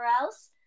else